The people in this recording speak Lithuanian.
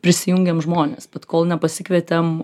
prisijungiam žmones bet kol nepasikvietėm